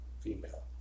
female